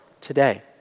today